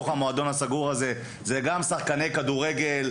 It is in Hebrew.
אבל בתוך המועדון הסגור הזה זה גם שחקני כדורגל,